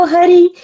Hari